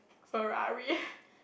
Ferrari